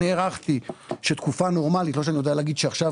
אני הערכתי שתקופה נורמלית לא שאני יודע להגיד שעכשיו